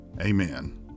amen